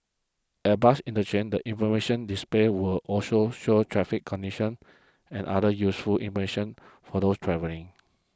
at bus interchanges the information display will also show traffic conditions and other useful information for those travelling